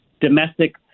domestic